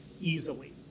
easily